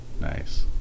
nice